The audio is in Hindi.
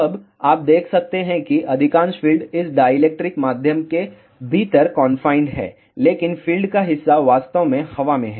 अब आप देख सकते हैं कि अधिकांश फील्ड इस डायइलेक्ट्रिक माध्यम के भीतर कॉनफाइंड है लेकिन फील्ड का हिस्सा वास्तव में हवा में है